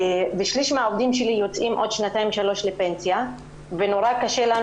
שליש מהעובדים שלי יוצאים עוד שנתיים-שלוש לפנסיה ונורא קשה לנו